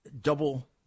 Double